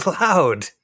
loud